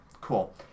Cool